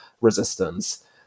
resistance